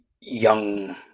young